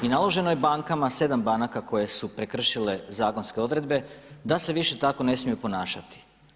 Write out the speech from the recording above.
I naloženo je bankama, 7 banaka koje su prekršile zakonske odredbe da se više tako ne smiju ponašati.